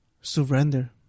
surrender